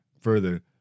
further